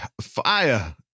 fire